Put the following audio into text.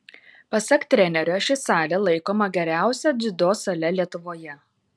pasak trenerio ši salė laikoma geriausia dziudo sale lietuvoje